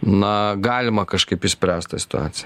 na galima kažkaip išspręst tą situaciją